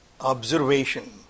observation